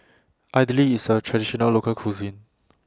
Idly IS A Traditional Local Cuisine